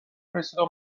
رسید